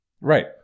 Right